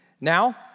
Now